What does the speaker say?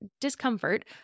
discomfort